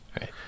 Right